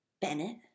bennett